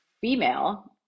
female